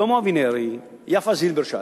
שלמה אבינרי ויפה זילברשץ.